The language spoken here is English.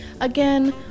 Again